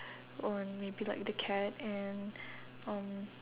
on maybe like the cat and um